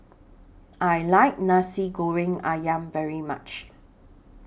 I like Nasi Goreng Ayam very much